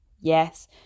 Yes